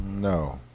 No